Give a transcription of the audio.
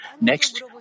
Next